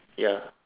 ya